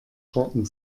trocken